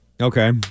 Okay